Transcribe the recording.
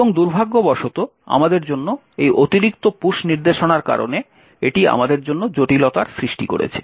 এবং দুর্ভাগ্যবশত আমাদের জন্য এই অতিরিক্ত পুশ নির্দেশনার কারণে এটি আমাদের জন্য জটিলতার সৃষ্টি করেছে